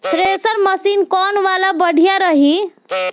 Thresher machine कौन वाला बढ़िया रही?